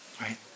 right